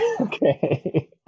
okay